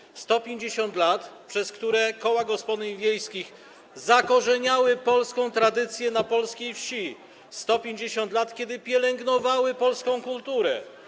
Chodzi o 150 lat, przez które koła gospodyń wiejskich zakorzeniały polską tradycję na polskiej wsi, 150 lat, kiedy pielęgnowały polską kulturę.